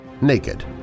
naked